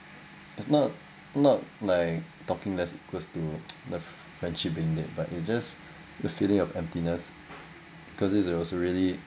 it's not not like talking less equals to the friendship being dead but it's just the feeling of emptiness because it was really